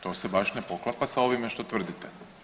To se baš ne poklapa sa ovime što tvrdite.